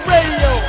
Radio